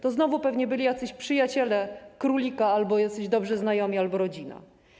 To znowu pewnie byli jacyś przyjaciele królika, jacyś dobrzy znajomi albo rodzina.